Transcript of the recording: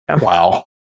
Wow